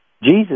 Jesus